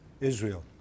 Israel